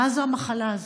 מה זה המחלה הזו?